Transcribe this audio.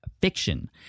fiction